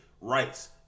rights